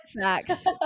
Facts